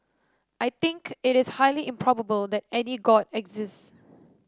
I think it is highly improbable that god exists